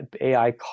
AI